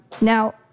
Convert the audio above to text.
Now